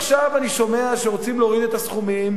עכשיו אני שומע שרוצים להוריד את הסכומים,